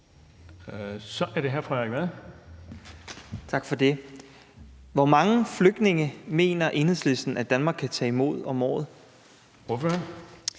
Frederik Vad (S): Tak for det. Hvor mange flygtninge mener Enhedslisten at Danmark kan tage imod om året? Kl.